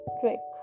trick